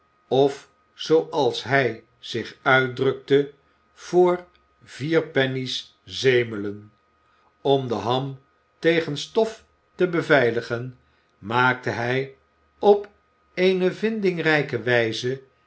of zooals hij zich uitdrukte voor vier penny's zemelen om de ham tegen stof te beveiligen maakte hij op eene vindingrijke wijze